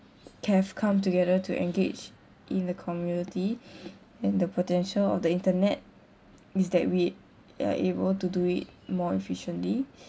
c~ have come together to engage in the community and the potential of the internet is that we are able to do it more efficiently